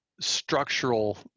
structural